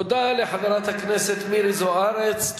תודה לחברת הכנסת מירי זוארץ.